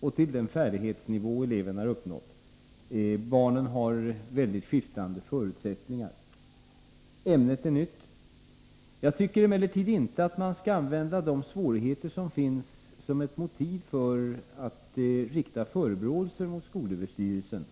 och den färdighetsnivå eleven har uppnått; barnen har mycket skiftande förutsättningar. Ämnet är vidare nytt. Jag tycker emellertid inte att man skall använda de svårigheter som finns som motiv för att rikta förebråelser mot skolöverstyrelsen.